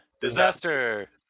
Disaster